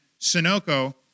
Sunoco